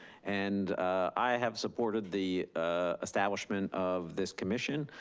and i have supported the ah establishment of this commission.